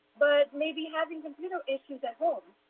but maybe having computer issues at home.